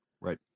Right